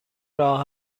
راه